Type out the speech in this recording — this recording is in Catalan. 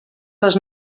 les